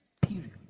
Period